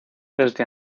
desde